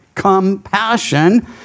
compassion